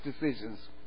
decisions